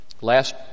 Last